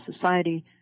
society